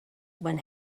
when